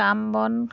কাম বন